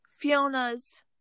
Fiona's